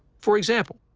for example,